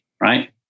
right